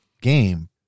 game